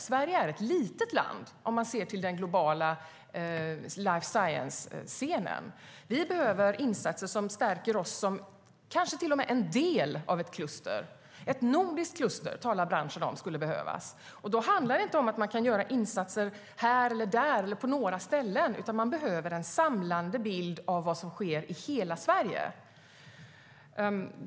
Sverige är ett litet land sett till den globala life science-scenen. Vi behöver insatser som stärker oss, kanske till och med som en del av ett kluster. Ett nordiskt kluster skulle behövas, säger branschen. Då handlar det inte om att göra insatser här och där, eller på några ställen, utan det behövs en samlad bild av vad som sker i hela Sverige.